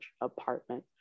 apartment